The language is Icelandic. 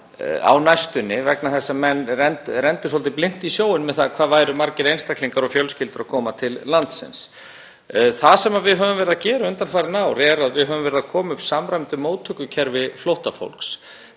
á næstunni vegna þess að menn renndu svolítið blint í sjóinn með hvað væru margir einstaklingar og fjölskyldur að koma til landsins. Það sem við höfum verið að gera undanfarin ár er að koma upp samræmdu móttökukerfi flóttafólks